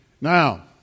Now